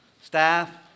staff